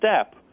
step